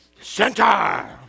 Center